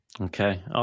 okay